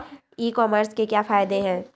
ई commerce के क्या फायदे हैं?